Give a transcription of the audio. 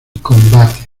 combate